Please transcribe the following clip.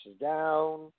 down